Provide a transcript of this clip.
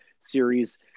Series